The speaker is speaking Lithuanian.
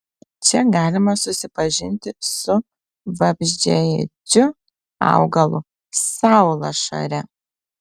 čia galima susipažinti su vabzdžiaėdžiu augalu saulašare